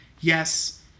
yes